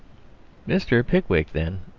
mr. pickwick, then,